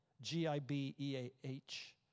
G-I-B-E-A-H